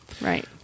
Right